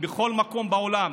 בכל מקום בעולם,